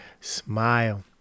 smile